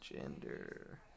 gender